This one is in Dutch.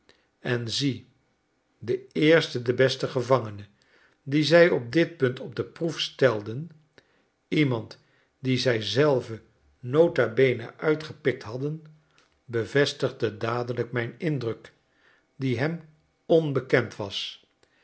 en zie de eerste de beste gevangene dien zij op dit punt op de proef stelden iemand dien zij zelve nota bene uitgepikt hadden bevestigde dadelijk mijn indruk die hem onbekend was